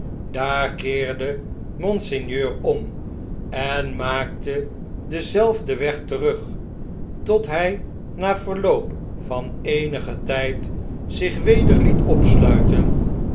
daar keerde monseigneur om en maakte denzelfden weg terug tot hg na verloop van eenigen tjjd zich weder liet opsluiten